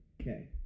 Okay